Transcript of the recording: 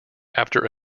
after